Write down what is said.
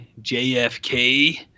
JFK